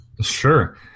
sure